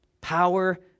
Power